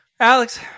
Alex